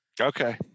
Okay